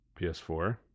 PS4